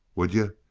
would yuh?